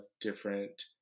different